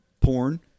porn